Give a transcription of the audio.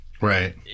right